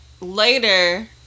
later